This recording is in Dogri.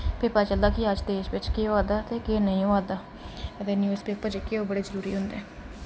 फ्ही पता चलदा की अज्ज देश बिच केह् होआ दा ते केह् नेईं होआ दा ते न्यूज पेपर जेह्के ओह् बड़े जरुरी होंदे